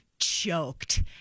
choked